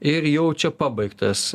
ir jau čia pabaigtas